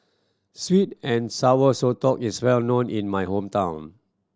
sweet and Sour Sotong is well known in my hometown